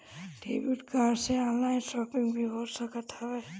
debit card से online shopping भी हो सकत हवे